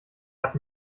hat